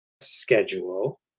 schedule